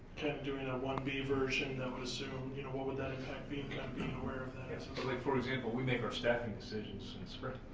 doing a ah one b version that would assume you know what would that impact be, kind of being aware of that. and so like for example we make our staffing decisions in the spring.